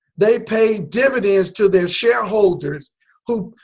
they pay dividends to their shareholders who,